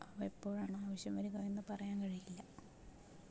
അവ എപ്പോഴാണ് ആവശ്യം വരിക എന്ന് പറയാൻ കഴിയില്ല